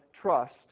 trust